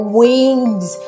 wings